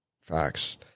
Facts